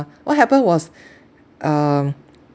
what happened was um